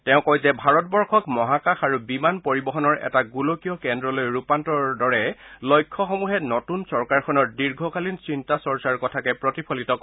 তেওঁ কয় যে ভাৰতবৰ্ষক মহাকাশ আৰু বিমান পৰিবহণৰ এটা গোলকীয় কেন্দ্ৰলৈ ৰূপান্তৰৰ দৰে লক্ষ্যসমূহে নতুন চৰকাৰখনৰ দীৰ্ঘকালীন চিন্তা চৰ্চাৰ কথাকে প্ৰতিফলিত কৰে